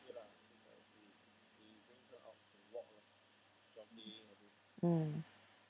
mm